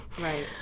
Right